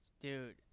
Dude